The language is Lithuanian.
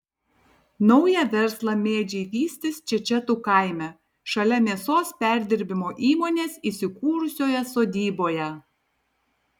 naują verslą mėdžiai vystys čečetų kaime šalia mėsos perdirbimo įmonės įsikūrusioje sodyboje